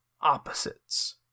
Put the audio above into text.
opposites